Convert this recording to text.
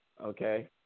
Okay